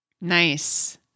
Nice